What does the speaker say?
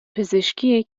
پزشکی